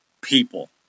people